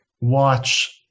watch